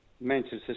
Manchester